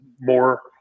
more